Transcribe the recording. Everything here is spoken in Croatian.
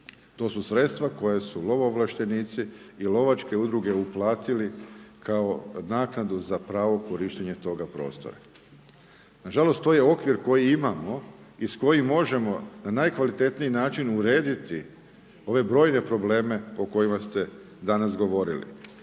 To su sredstva koja su lovoovlaštenici i lovačke udruge uplatili kao naknadu za pravo korištenja toga prostora. Na žalost, to je okvir koji imamo i s kojim možemo na najkvalitetniji način urediti ove brojne probleme o kojima ste danas govorili.